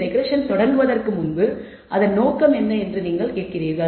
regression தொடங்குவதற்கு முன்பு அதன் நோக்கம் என்ன என்று நீங்கள் கேட்கிறீர்கள்